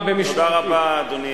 הוא התייחס אלי.